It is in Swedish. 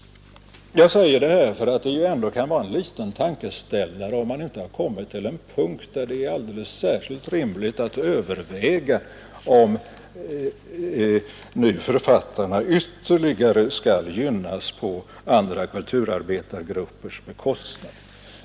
Jag säger detta för att det kan vara en liten tankeställare om vi inte har kommit till en punkt där det är alldeles särskilt rimligt att överväga om nu författarna ytterligare skall gynnas på andra kulturarbetargruppers bekostnad.